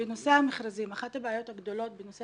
בנושא המכרזים אחת הבעיות הגדולות בנושא